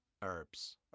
Herbs